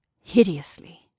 hideously